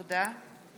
תודה.